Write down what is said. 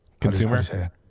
Consumer